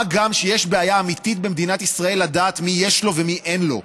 מה גם שיש בעיה אמיתית במדינת ישראל לדעת מי יש לו ומי אין לו,